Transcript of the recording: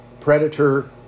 predator